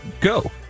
go